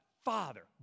Father